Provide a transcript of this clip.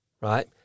right